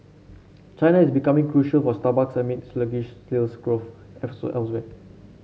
China is becoming crucial for Starbucks amid sluggish sales growth elsewhere